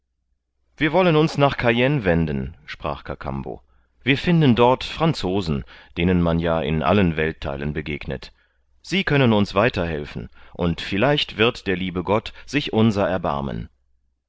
wir wollen uns nach cayenne wenden sprach kakambo wir finden dort franzosen denen man ja in allen welttheilen begegnet sie können uns weiter helfen und vielleicht wird der liebe gott sich unserer erbarmen